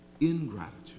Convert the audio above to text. ingratitude